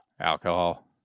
Alcohol